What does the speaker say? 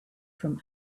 from